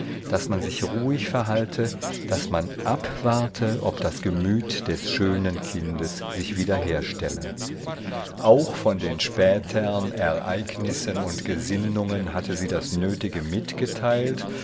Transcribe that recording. daß man sich ruhig verhalte daß man abwarte ob das gemüt des schönen kindes sich wieder herstelle auch von den spätern ereignissen und gesinnungen hatte sie das nötige mitgeteilt